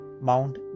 Mount